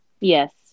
Yes